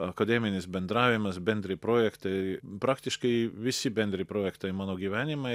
akademinis bendravimas bendri projektai praktiškai visi bendri projektai mano gyvenime